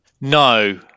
No